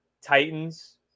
titans